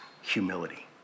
humility